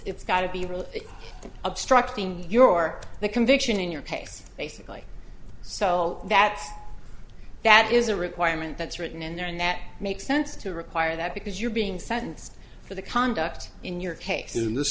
it's got to be really obstructing your the conviction in your case basically so that that is a requirement that's written in there and that makes sense to require that because you're being sentenced for the conduct in your case in this